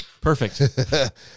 perfect